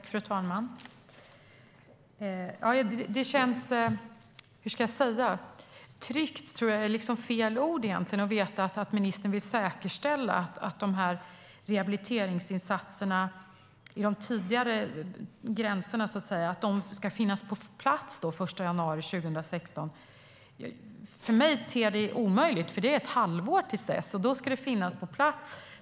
Fru talman! Att veta att ministern vill säkerställa att de tidigare gränserna för rehabiliteringsinsatser ska finnas på plats den 1 januari 2016 känns . Hur ska jag säga? Tryggt är liksom fel ord. För mig ter det sig omöjligt. Det är ett halvår till dess, och då ska det finnas på plats.